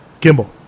gimbal